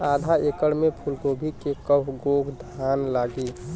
आधा एकड़ में फूलगोभी के कव गो थान लागी?